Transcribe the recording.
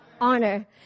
honor